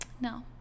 no